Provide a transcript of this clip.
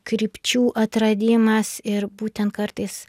krypčių atradimas ir būtent kartais